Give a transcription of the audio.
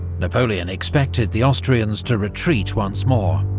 napoleon expected the austrians to retreat once more,